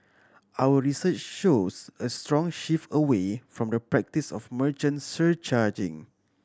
our research shows a strong shift away from the practice of merchant surcharging